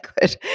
good